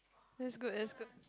that's good that's good